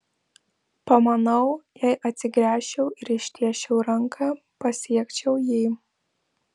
pamanau jei atsigręžčiau ir ištiesčiau ranką pasiekčiau jį